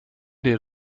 der